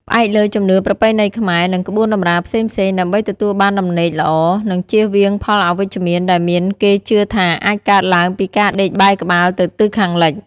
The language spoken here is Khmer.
ផ្អែកលើជំនឿប្រពៃណីខ្មែរ និងក្បួនតម្រាផ្សេងៗ ដើម្បីទទួលបានដំណេកល្អ និងជៀសវាងផលអវិជ្ជមានដែលគេជឿថាអាចកើតឡើងពីការដេកបែរក្បាលទៅទិសខាងលិច។